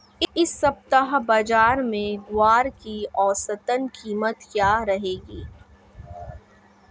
इस सप्ताह बाज़ार में ग्वार की औसतन कीमत क्या रहेगी?